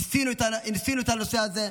ניסינו את הנושא הזה,